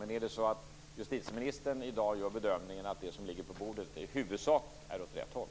Men jag undrar om justitieministern i dag gör bedömningen att det som ligger på bordet i huvudsak går åt rätt håll.